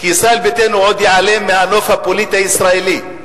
כי ישראל ביתנו עוד תיעלם מהנוף הפוליטי הישראלי,